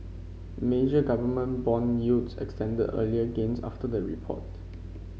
major government bond yields extended earlier gains after the report